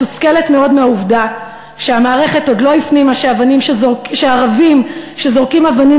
מתוסכלת מאוד מהעובדה שהמערכת עוד לא הפנימה שערבים שזורקים אבנים